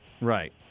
Right